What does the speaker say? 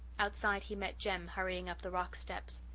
outside he met jem, hurrying up the rock steps.